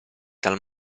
tal